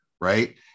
Right